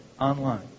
online